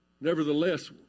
nevertheless